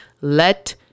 let